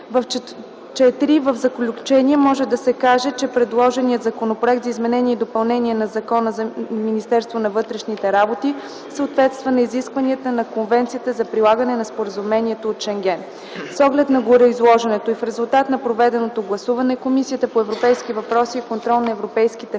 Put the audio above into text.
IV. В заключение може да се каже, че предложеният Законопроект за изменение и допълнение на Закона за Министерството на вътрешните работи съответства на изискванията на Конвенцията за прилагане на Споразумението от Шенген. С оглед на гореизложеното и в резултат на проведеното гласуване, Комисията по европейските въпроси и контрол на европейските фондове